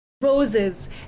roses